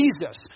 Jesus